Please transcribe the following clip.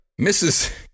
Mrs